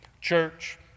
Church